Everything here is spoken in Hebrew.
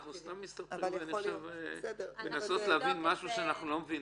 אנחנו סתם מסתבכים בניסיון להבין משהו שאנחנו לא מבינים.